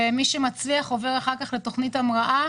ומי שמצליח עובר אחר כך לתוכנית המראה.